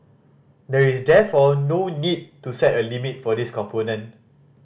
there is therefore no need to set a limit for this component